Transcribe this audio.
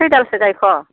खैदालसो गायखो